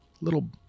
little